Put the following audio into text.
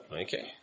Okay